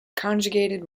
conjugated